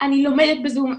אני לומדת בזום,